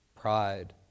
Pride